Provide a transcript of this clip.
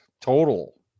total